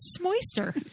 moister